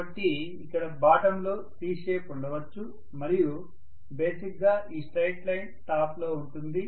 కాబట్టి ఇక్కడ బాటమ్ లో C షేప్ ఉండొచ్చు మరియు బేసిక్ గా ఈ స్ట్రెయిట్ లైన్ టాప్ లో ఉంటుంది